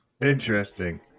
Interesting